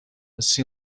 see